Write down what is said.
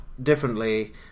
Differently